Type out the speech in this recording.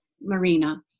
Marina